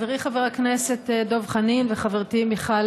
חברי חבר הכנסת דב חנין וחברתי מיכל